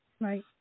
right